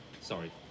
Sorry